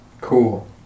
Cool